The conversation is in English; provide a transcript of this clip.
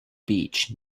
beach